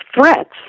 threats